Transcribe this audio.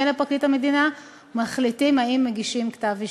לפרקליט המדינה מחליטים האם מגישים כתב-אישום.